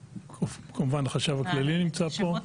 שפיר, וכמובן החשב הכללי נמצא פה